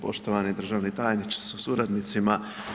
Poštovani državni tajniče sa suradnicima.